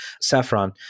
Saffron